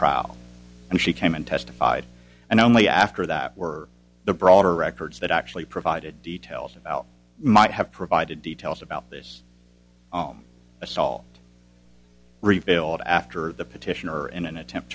trial and she came and testified and only after that were the broader records that actually provided details about might have provided details about this assault refilled after the petitioner in an attempt